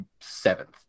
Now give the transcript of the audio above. seventh